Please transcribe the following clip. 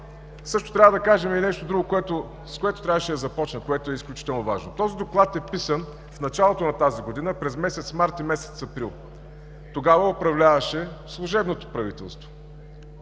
Тук трябва да кажа и нещо друго, с което трябваше да започна и е изключително важно. Този Доклад е писан в началото на тази година – през месец март и месец април. Тогава управляваше служебното правителство,